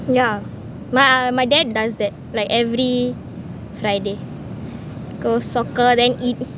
yeah my my dad does that like every friday go soccer then eat